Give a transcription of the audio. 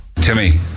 Timmy